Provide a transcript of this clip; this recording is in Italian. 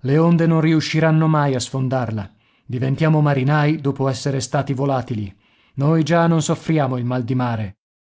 le onde non riusciranno mai a sfondarla diventiamo marinai dopo essere stati volatili noi già non soffriamo il mal di mare